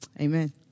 Amen